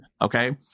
Okay